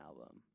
album